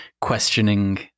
questioning